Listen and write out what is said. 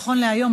נכון להיום,